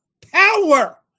power